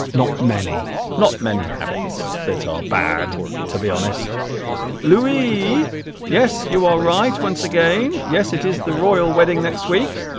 not many not many habits that are bad to be honest louie yes you are right once again yes it is the royal wedding next week